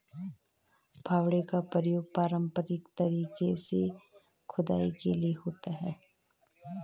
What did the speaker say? फावड़े का प्रयोग पारंपरिक तरीके से खुदाई के लिए होता है